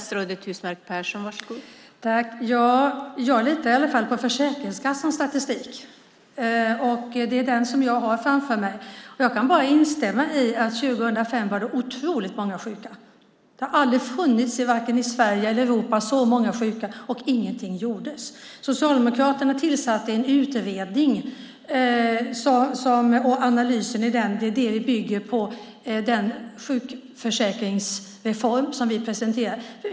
Fru talman! Jag litar i alla fall på Försäkringskassans statistik. Det är den som jag har framför mig. Jag kan bara instämma i att 2005 var det otroligt många sjuka. Det har aldrig funnits, vare sig i Sverige eller i Europa, så många sjuka, och ingenting gjordes. Socialdemokraterna tillsatte en utredning, och det är analysen i den som vi bygger den sjukförsäkringsreform på som vi presenterar.